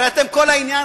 הרי כל העניין,